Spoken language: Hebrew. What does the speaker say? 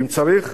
ואם צריך,